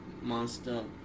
monster